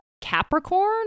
Capricorn